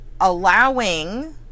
allowing